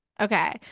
Okay